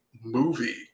movie